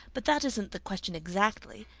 but that isn't the question exactly.